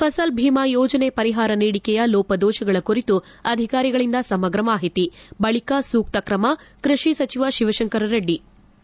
ಫಸಲ್ ಭೀಮ ಯೋಜನೆ ಪರಿಷಾರ ನೀಡಿಕೆಯ ಲೋಪದೋಷಗಳ ಕುರಿತು ಅಧಿಕಾರಿಗಳಿಂದ ಸಮಗ್ರ ಮಾಹಿತಿ ಬಳಿಕ ಸೂಕ್ತ ಕ್ರಮ ಕೃಷಿ ಸಚಿವ ಶಿವಶಂಕರರೆಡ್ಲಿ